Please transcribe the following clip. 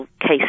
case